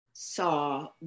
saw